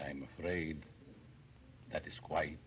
i'm afraid that is quite